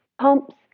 pumps